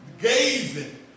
gazing